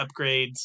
upgrades